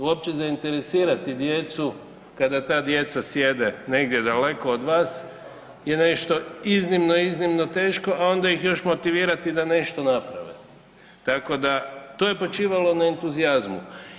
Uopće zainteresirati djecu kada ta djeca sjede negdje daleko od vas je nešto iznimno, iznimno teško, a onda ih još motivirati da nešto naprave, tako da to je počivalo na entuzijazmu.